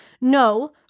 No